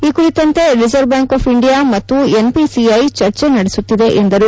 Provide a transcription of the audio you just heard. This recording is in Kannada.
ಈ ಕುರಿತಂತೆ ರಿಸರ್ವ್ಬ್ಲಾಂಕ್ ಆಫ್ ಇಂಡಿಯಾ ಮತ್ತು ಎನ್ಪಿಸಿಐ ಚರ್ಚೆ ನಡೆಸುತ್ತಿದೆ ಎಂದರು